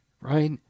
right